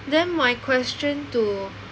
then my question to